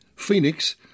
Phoenix